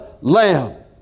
lamb